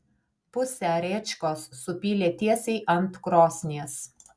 pusę rėčkos supylė tiesiai ant krosnies